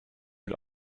mit